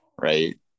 right